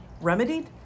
remedied